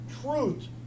truth